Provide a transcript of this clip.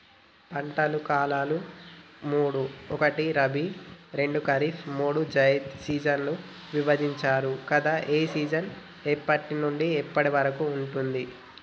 పంటల కాలాలు మూడు ఒకటి రబీ రెండు ఖరీఫ్ మూడు జైద్ సీజన్లుగా విభజించారు కదా ఏ సీజన్ ఎప్పటి నుండి ఎప్పటి వరకు ఉంటుంది?